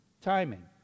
Timing